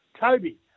Toby